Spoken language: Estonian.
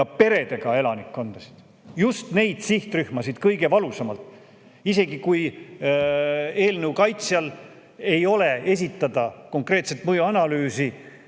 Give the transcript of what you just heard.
ja [lastega] elanikkonda – just neid sihtrühmasid – kõige valusamalt. Isegi kui eelnõu kaitsjal ei ole esitada konkreetset mõjuanalüüsi,